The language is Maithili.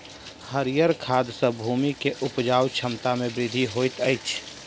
हरीयर खाद सॅ भूमि के उपजाऊ क्षमता में वृद्धि होइत अछि